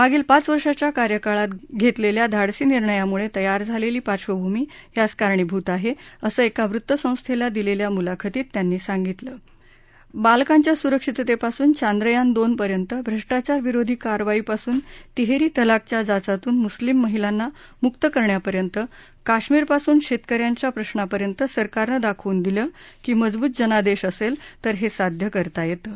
मागील पाच वर्षांच्या कार्यकाळात घेतलेल्या धाडसी निर्णयांमुळे तयार झालेली पार्श्वभूमी यास कारणीभूत आहे असं एका वृत्तसंस्थेला दिलेल्या मुलाखतीत त्यांनी सांगितलं की बालकांच्या सुरक्षिततेपासून चांद्रयान दोन पर्यंत भ्रष्टाचार विरोधी कारवाईपासून तिहेरी तलाकच्या जाचातून मुस्लिम महिलांना मुक्त करण्यापर्यंत कश्मीरपासून शेतक यांच्या प्रश्नापर्यंत सरकारनं दाखवून दिलं की मजबूत जनादेश असेल तर हे साध्य करता येतं